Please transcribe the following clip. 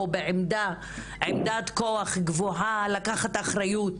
היא בעמדת כוח גבוהה, לא לוקח אחריות